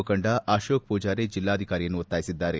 ಮುಖಂಡ ಅಕೋಕ ಪೂಜಾರಿ ಜೆಲ್ಲಾಧಿಕಾರಿಯನ್ನು ಒತ್ತಾಯಿಸಿದ್ದಾರೆ